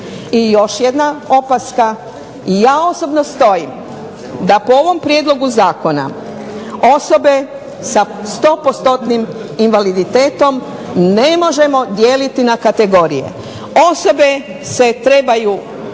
I još jedna opaska, i ja osobno stojim da po ovom prijedlogu zakona osobe sa 100 postotnim invaliditetom ne možemo dijeliti na kategorije, osobe se trebaju